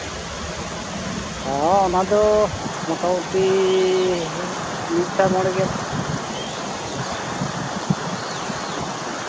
ᱦᱚᱸ ᱚᱱᱟᱫᱚ ᱢᱚᱴᱟᱢᱩᱴᱤ ᱢᱤᱫᱥᱟᱭ ᱢᱚᱬᱮᱜᱮᱞ